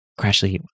Crashly